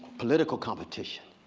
political competition,